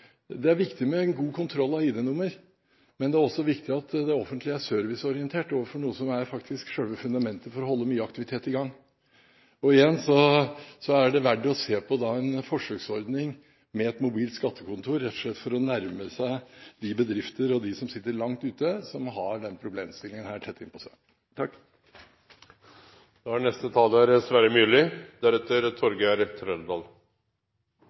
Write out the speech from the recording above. Det er viktig med god kontroll av ID-nummer, men det er også viktig at det offentlige er serviceorientert overfor noe som faktisk er selve fundamentet for å holde mye aktivitet i gang. Igjen er det verdt å se på en forsøksordning med et mobilt skattekontor, rett og slett for å nærme seg de bedriftene som er langt borte, og som har denne problemstillingen tett innpå seg. Verken presidenten eller jeg har vel problemer med å få tak i mat sjøl om vi ikke er